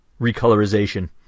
recolorization